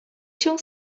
się